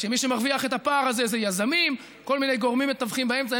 אלא מי שמרוויח את הפער הזה זה יזמים וכל מיני גורמים מתווכים באמצע.